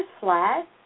flat